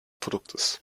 produktes